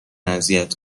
اذیت